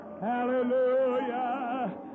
Hallelujah